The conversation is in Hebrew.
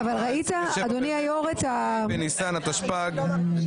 היום ה-27 במרץ, ה' בניסן התשפ"ג.